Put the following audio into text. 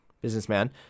Businessman